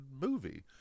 movie